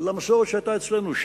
למסורת שהיתה אצלנו,